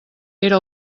era